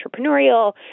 entrepreneurial